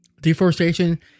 Deforestation